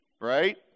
right